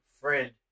friend